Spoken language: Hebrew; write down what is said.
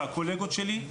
והקולגות שלי,